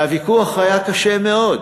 והוויכוח היה קשה מאוד.